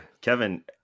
Kevin